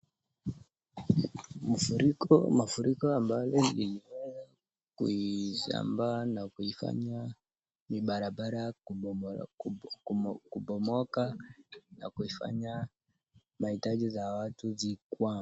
Mafuriko ambayo imeweza kusambaa na kufanya barabara kubomoka, na kufanya mahitaji za watu zikwame.